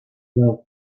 well